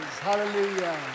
hallelujah